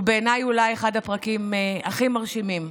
הוא בעיניי אולי אחד הפרקים הכי מרשימים.